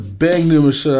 bangnummers